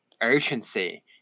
urgency